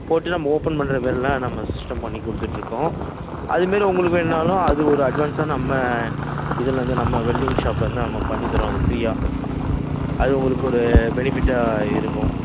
போட்டு நம்ம ஓப்பன் பண்ணுற மாதிரியெல்லாம் நம்ம சிஸ்டம் பண்ணிக் கொடுத்துட்டு இருக்கோம் அது மாதிரி உங்களுக்கு வேணுனாலும் அது ஒரு அட்வான்ஸாக நம்ம இதிலேருந்து நம்ம வெல்டிங் ஷாப்லேருந்து நம்ம பண்ணித் தரோம் அது ஃப்ரீயாக அது உங்களுக்கு ஒரு பெனிஃபிட்டாக இருக்கும்